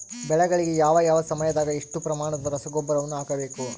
ಬೆಳೆಗಳಿಗೆ ಯಾವ ಯಾವ ಸಮಯದಾಗ ಎಷ್ಟು ಪ್ರಮಾಣದ ರಸಗೊಬ್ಬರವನ್ನು ಹಾಕಬೇಕು?